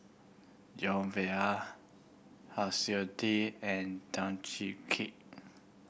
Joan Siew Tee and Tan Keng Kee